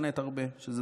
שזה דבר חיובי,